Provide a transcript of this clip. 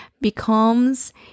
becomes